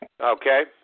Okay